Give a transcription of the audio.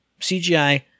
CGI